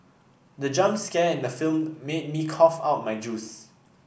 the jump scare in the film made me cough out my juice